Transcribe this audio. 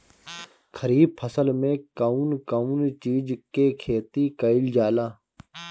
खरीफ फसल मे कउन कउन चीज के खेती कईल जाला?